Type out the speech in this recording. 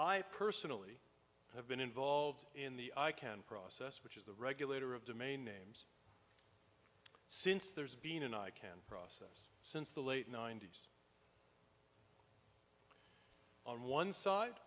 i personally have been involved in the i can process which is the regulator of dumaine names since there's been an i can process since the late ninety's on one side